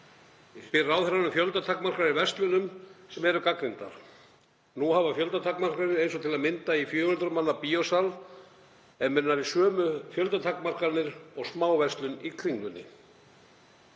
Ég spyr ráðherrann um fjöldatakmarkanir í verslunum sem eru gagnrýndar. Nú miðast fjöldatakmarkanir eins og til að mynda í 400 manna bíósal við sömu fjöldatakmarkanir og smáverslun í Kringlunni.